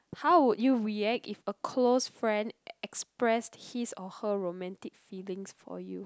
how would you react if a close friend express his or her romantic feelings for you